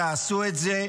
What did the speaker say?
תעשו את זה,